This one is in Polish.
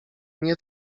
nie